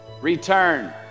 Return